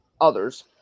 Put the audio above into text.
others